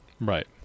right